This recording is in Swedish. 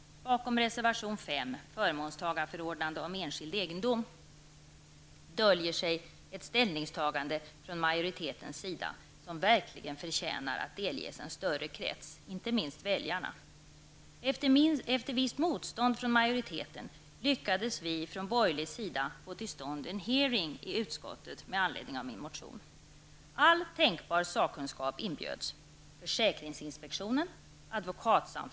Bakom reservation 5 angående förmånstagarförordnanden om enskild egendom döljer sig ett ställningstagande från majoritetens sida som verkligen förtjänar att delges en större krets, inte minst väljarna. Efter visst motstånd från majorieteten lyckades vi på den borgerliga sidan med anledning av min motion få till stånd en hearing i utskottet om detta.